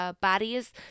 bodies